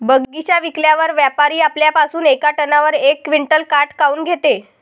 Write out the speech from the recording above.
बगीचा विकल्यावर व्यापारी आपल्या पासुन येका टनावर यक क्विंटल काट काऊन घेते?